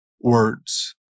words